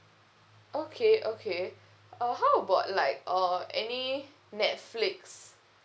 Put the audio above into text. okay okay uh how about like uh any netflix